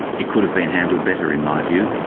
it could have been handled better in my view.